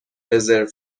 رزرو